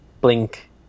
Blink